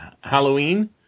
Halloween